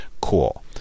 cool